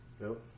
Nope